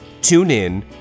TuneIn